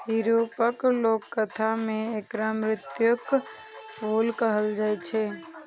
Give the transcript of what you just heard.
यूरोपक लोककथा मे एकरा मृत्युक फूल कहल जाए छै